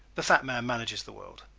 the fat man manages the world,